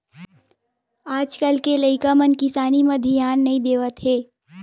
आज कल के लइका मन किसानी म धियान नइ देवत हे